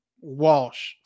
Walsh